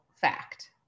fact